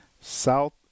South